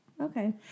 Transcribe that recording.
Okay